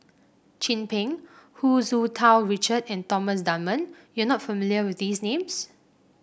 Chin Peng Hu Tsu Tau Richard and Thomas Dunman you are not familiar with these names